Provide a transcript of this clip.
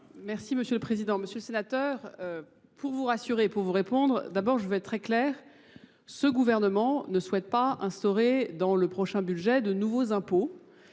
Merci Monsieur le Président. Monsieur le Sénateur, pour vous rassurer et pour vous répondre, d'abord je veux être très clair, ce gouvernement ne souhaite pas instaurer dans le prochain budget de nouveaux impôts